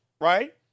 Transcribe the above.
right